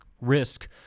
risk